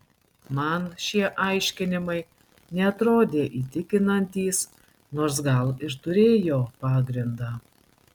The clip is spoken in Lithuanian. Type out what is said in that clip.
man šie aiškinimai neatrodė įtikinantys nors gal ir turėjo pagrindą